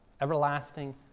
everlasting